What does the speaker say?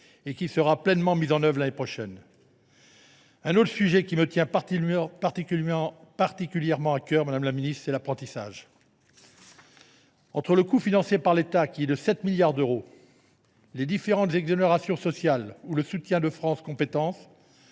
et qui sera pleinement mise en œuvre l’année prochaine. Un autre sujet me tient particulièrement à cœur, madame la ministre : c’est l’apprentissage. Entre le coût financé par l’État, de l’ordre de 7 milliards d’euros, les différentes exonérations sociales ou le soutien de France Compétences,